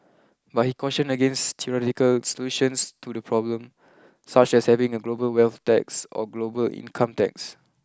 but he cautioned against theoretical solutions to the problem such as having a global wealth tax or global income tax